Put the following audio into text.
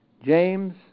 James